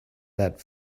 that